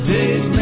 days